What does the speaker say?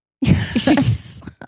Yes